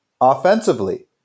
offensively